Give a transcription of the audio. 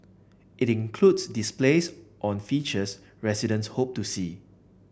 it includes displays on features residents hope to see